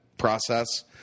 Process